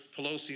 Pelosi